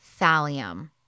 thallium